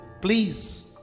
Please